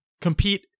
Compete